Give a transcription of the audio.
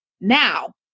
Now